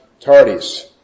tardies